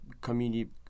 community